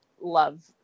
love